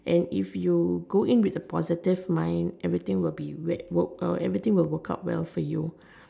and if you go in with a positive mind everything will be work work uh everything will work out well for you